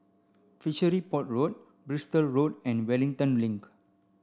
Fishery Port Road Bristol Road and Wellington Link